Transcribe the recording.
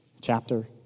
chapter